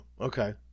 Okay